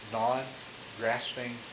non-grasping